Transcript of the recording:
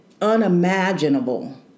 unimaginable